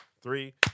three